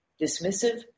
dismissive